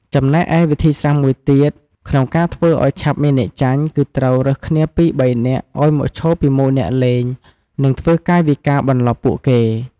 ចំណែកឯវិធីសាស្ត្រមួយទៀត ក្នុងការធ្វើឱ្យឆាប់មានអ្នកចាញ់ គឺត្រូវរើសគ្នាពីរបីនាក់ឱ្យមកឈរពីមុខអ្នកលេង និងធ្វើកាយវិការបន្លប់ពួកគេ។